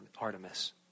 Artemis